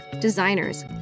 designers